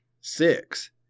six